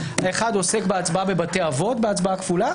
להורות כי הישיבה תתקיים בדרך של היוועדות חזותית.